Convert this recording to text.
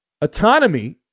autonomy